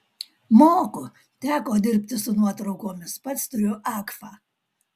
moku teko dirbti su nuotraukomis pats turiu agfa